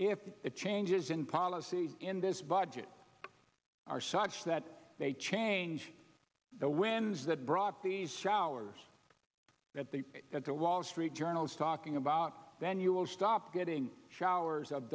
the changes in policy in this budget are such that they change the wins that brought these showers that the that the wall street journal is talking about then you will stop getting showers of